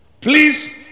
Please